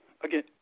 again